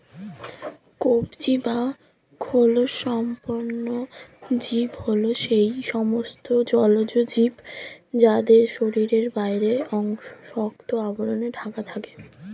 কবচী বা খোলকসম্পন্ন জীব হল সেই সমস্ত জলজ জীব যাদের শরীরের বাইরের অংশ শক্ত আবরণে ঢাকা থাকে